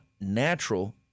natural